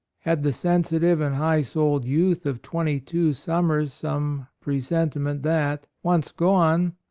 had the sensitive and high souled youth of twenty two summers some presentiment that, once gone,